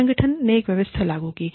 संगठन ने एक व्यवस्था लागू की है